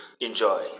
Enjoy